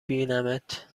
بینمت